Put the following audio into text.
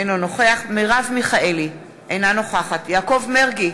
אינו נוכח מרב מיכאלי, אינה נוכחת יעקב מרגי,